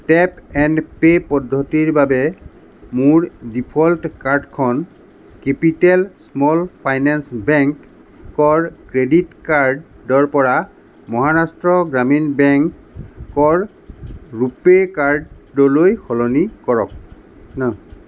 tap and pay পদ্ধতিৰ বাবে মোৰ ডিফ'ল্ট কাৰ্ডখন কেপিটেল স্মল ফাইনেন্স বেংকৰ ক্ৰেডিট কাৰ্ডৰ পৰা মহাৰাষ্ট্ৰ গ্ৰামীণ বেংকৰ ৰুপে' কাৰ্ডলৈ সলনি কৰক ন